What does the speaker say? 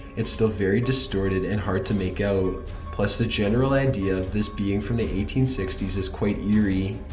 it's still very distorted and hard to make-out. plus, the general idea of this being from the eighteen sixty s is quite eerie.